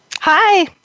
Hi